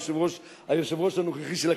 היושב-ראש הנוכחי של הכנסת,